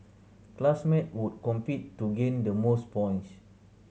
classmates would compete to gain the most points